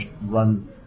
run